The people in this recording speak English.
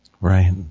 Right